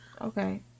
okay